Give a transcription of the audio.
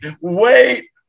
wait